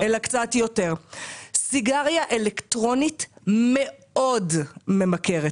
סיגריה אלקטרונית מאוד ממכרת.